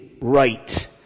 right